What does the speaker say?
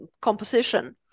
composition